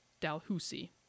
Dalhousie